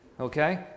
okay